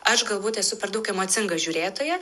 aš galbūt esu per daug emocinga žiūrėtoja